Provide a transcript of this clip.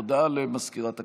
הודעה למזכירת הכנסת,